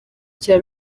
cya